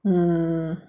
mm